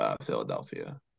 Philadelphia